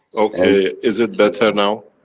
okay, is it better now?